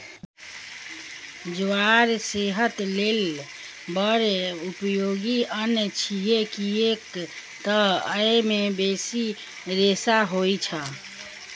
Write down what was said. ज्वार सेहत लेल बड़ उपयोगी अन्न छियै, कियैक तं अय मे बेसी रेशा होइ छै